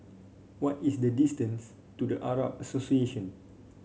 what is the distance to The Arab Association